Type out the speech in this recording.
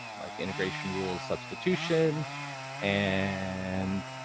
like integration rules substitution and